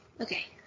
Okay